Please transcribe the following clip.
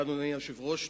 אדוני היושב-ראש,